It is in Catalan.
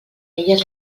elles